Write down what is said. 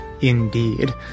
indeed